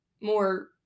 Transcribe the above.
more